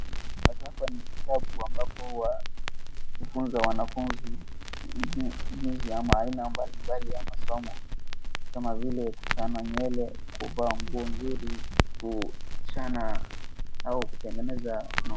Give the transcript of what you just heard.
Sasa hapa ni kitabu ambapo huwa hufunza wanafunzi jinsi ama aina mbalimbali ya masomo kama vile kuchana nywele, kuvaa nguo nzuri kuchana au kutengeneza.